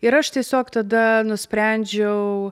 ir aš tiesiog tada nusprendžiau